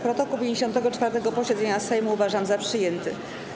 Protokół 54. posiedzenia Sejmu uważam za przyjęty.